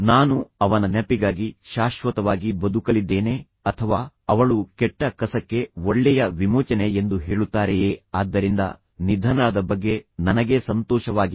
ನಾನು ಅವನ ನೆನಪಿಗಾಗಿ ಶಾಶ್ವತವಾಗಿ ಬದುಕಲಿದ್ದೇನೆ ಅಥವಾ ಅವಳು ಕೆಟ್ಟ ಕಸಕ್ಕೆ ಒಳ್ಳೆಯ ವಿಮೋಚನೆ ಎಂದು ಹೇಳುತ್ತಾರೆಯೇ ಆದ್ದರಿಂದ ನಿಧನರಾದ ಬಗ್ಗೆ ನನಗೆ ಸಂತೋಷವಾಗಿದೆ